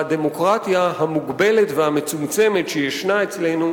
והדמוקרטיה המוגבלת והמצומצמת שישנה אצלנו